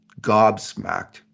gobsmacked